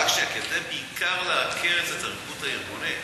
בעיקר כדי לעקר את התרבות הארגונית.